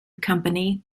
company